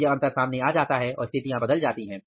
तब यह अंतर सामने आ जाता है और स्थितियां बदल जाती हैं